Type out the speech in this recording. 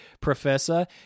professor